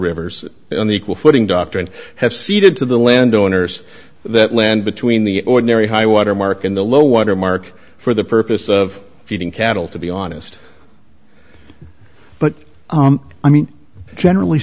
rivers and the equal footing doctrine have ceded to the landowners that land between the ordinary high watermark and the low water mark for the purpose of feeding cattle to be honest but i mean generally